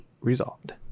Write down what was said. resolved